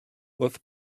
with